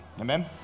Amen